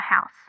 house